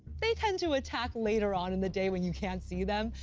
they tend to attack later on in the day when you can't see them.